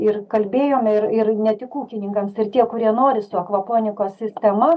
ir kalbėjome ir ir ne tik ūkininkams ir tie kurie nori su akvoponikos sistema